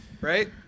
Right